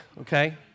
okay